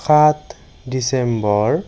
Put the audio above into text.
সাত ডিচেম্বৰ